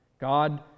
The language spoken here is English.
God